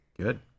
Good